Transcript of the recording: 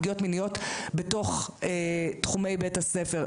פגיעות מיניות בתוך תחומי בית הספר.